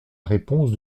réponse